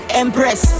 empress